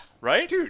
Right